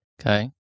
Okay